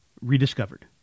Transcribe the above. rediscovered